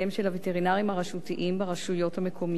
הווטרינרים הרשותיים ברשויות המקומיות,